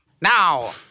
Now